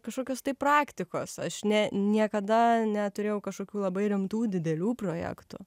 kažkokios tai praktikos aš ne niekada neturėjau kažkokių labai rimtų didelių projektų